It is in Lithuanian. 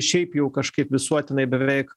šiaip jau kažkaip visuotinai beveik